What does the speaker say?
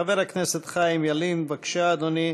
חבר הכנסת חיים ילין, בבקשה, אדוני.